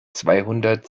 zweihundert